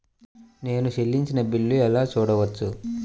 నేను చెల్లించిన బిల్లు ఎలా చూడవచ్చు?